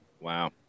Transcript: wow